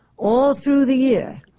all through the year,